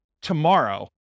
tomorrow